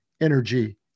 energy